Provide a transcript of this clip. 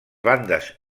bandes